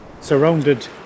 surrounded